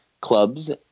clubs